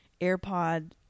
AirPod